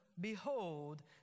behold